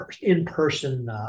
in-person